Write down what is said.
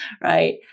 right